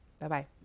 Bye-bye